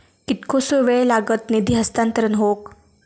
कितकोसो वेळ लागत निधी हस्तांतरण हौक?